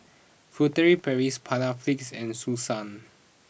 Furtere Paris Panaflex and Selsun